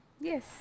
Yes